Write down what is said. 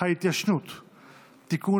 ההתיישנות (תיקון,